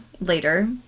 later